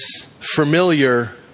familiar